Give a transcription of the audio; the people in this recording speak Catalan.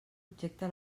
objecte